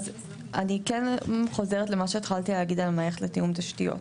אז אני כן חוזרת למה שהתחלתי להגיד על מערכת לתיאום תשתיות.